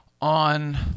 On